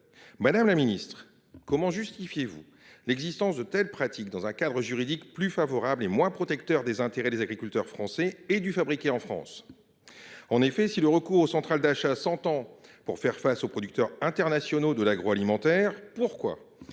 Madame la ministre, comment justifiez vous l’existence de telles pratiques, le choix d’un cadre juridique moins protecteur des intérêts des agriculteurs français et du fabriqué en France ? En effet, si le recours aux centrales d’achat européennes peut se concevoir pour faire face aux producteurs internationaux de l’agroalimentaire, pourquoi